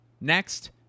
next